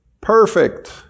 Perfect